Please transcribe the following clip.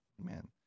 Amen